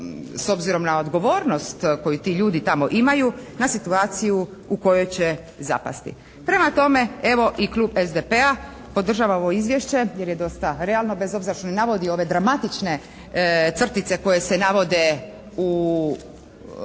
s obzirom na odgovornost koji ti ljudi tamo imaju na situaciju u kojoj će zapasti. Prema tome, evo i klub SDP-a podržava ovo Izvješće jer je dosta realno bez obzira što navodi ove dramatične crtice koje se navode u